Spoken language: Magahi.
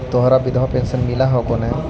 तोहरा विधवा पेन्शन मिलहको ने?